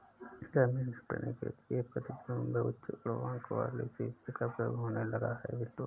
गर्मी से निपटने के लिए प्रतिबिंब उच्च गुणांक वाले शीशे का प्रयोग होने लगा है पिंटू